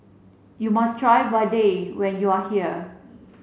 you must try Vadai when you are here